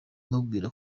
imubwira